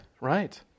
right